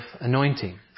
anointing